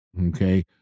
Okay